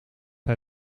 hij